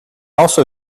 also